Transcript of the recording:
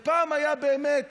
פעם, באמת,